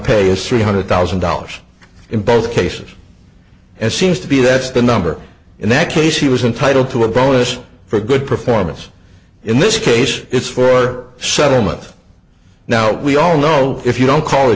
pay is three hundred thousand dollars in both cases and seems to be that's the number in that case he was entitled to a bonus for good performance in this case it's for several months now we all know if you don't call